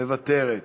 מוותרת.